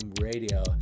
Radio